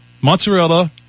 mozzarella